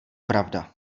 pravda